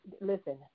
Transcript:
listen